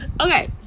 okay